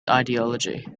ideology